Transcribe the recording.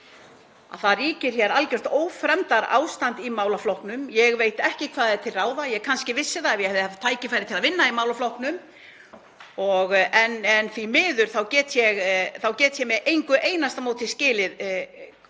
það ríkir algjört ófremdarástand í málaflokknum. Ég veit ekki hvað er til ráða. Ég kannski vissi það ef ég hefði haft tækifæri til að vinna í málaflokknum en því miður get ég með engu einasta móti skilið